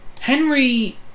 Henry